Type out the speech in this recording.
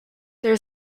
there